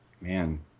Man